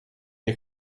you